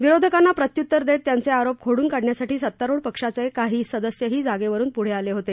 विरोधकांना प्रत्युत्तर देत त्यांचे आरोप खोडून काढण्यासाठी सत्तारुढ भाजपाचे काही सदस्यही जागेवरुन पुढे आले होते